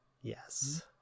Yes